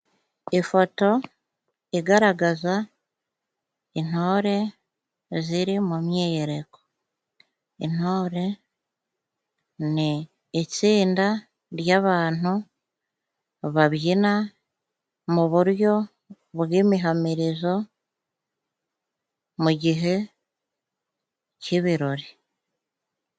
Ifoto igaragaza intore ziri mu myiyereko, intore ni itsinda ry'abantu babyina mu buryo bw'imihamirizo mu gihe cy'ibirori.